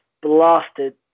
blasted